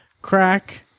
crack –